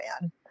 man